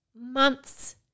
months